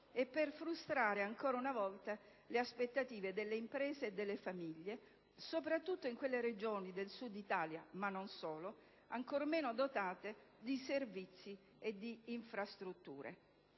e per frustrare ancora una volta le aspettative delle imprese e delle famiglie, soprattutto in quelle Regioni del Sud Italia (ma non solo) ancor meno dotate di servizi e di infrastrutture.